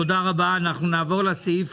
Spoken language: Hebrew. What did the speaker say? תודה רבה, הישיבה נעולה.